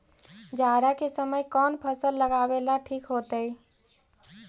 जाड़ा के समय कौन फसल लगावेला ठिक होतइ?